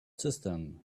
cistern